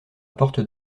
porte